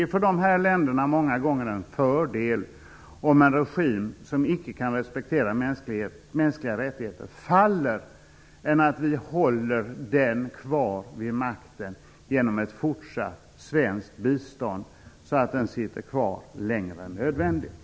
Det är för dessa länder många gånger en fördel om en regim som icke kan respektera mänskliga rättigheter faller än att vi håller den kvar vid makten genom ett fortsatt svenskt bistånd, så att den sitter kvar längre än nödvändigt.